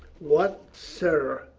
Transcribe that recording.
what, sirrah?